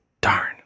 darn